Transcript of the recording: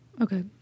Okay